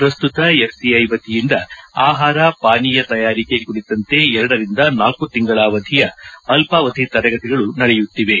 ಪ್ರಸ್ತುತ ಎಫ್ಸಿಐ ವತಿಯಿಂದ ಆಹಾರ ಪಾನೀಯ ತಯಾರಿಕೆ ಕುರಿತಂತೆ ಎರಡರಿಂದ ನಾಲ್ಲು ತಿಂಗಳ ಅವಧಿಯ ಅಲ್ಪಾವಧಿ ತರಗತಿಗಳು ನಡೆಯುತ್ತಿವೆ